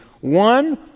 One